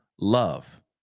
Love